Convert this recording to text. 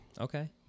okay